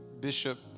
Bishop